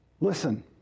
Listen